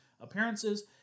appearances